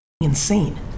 insane